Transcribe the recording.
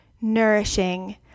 nourishing